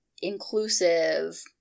inclusive